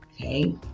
okay